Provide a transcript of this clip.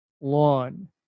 lawn